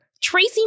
Tracy